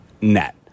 Net